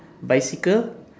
bicycle